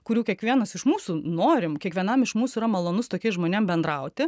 kurių kiekvienas iš mūsų norim kiekvienam iš mūsų yra malonu su tokiais žmonėm bendrauti